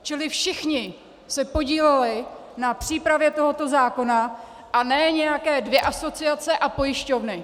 Čili všichni se podíleli na přípravě tohoto zákona, a ne nějaké dvě asociace a pojišťovny.